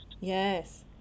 yes